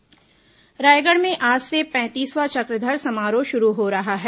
चक्रधर समारोह रायगढ़ में आज से पैंतीसवां चक्रधर समारोह शुरू हो रहा है